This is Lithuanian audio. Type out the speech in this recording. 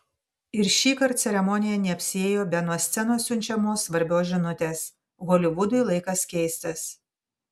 ir šįkart ceremonija neapsiėjo be nuo scenos siunčiamos svarbios žinutės holivudui laikas keistis